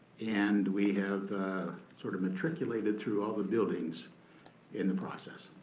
and we have sort of matriculated through all the buildings in the process.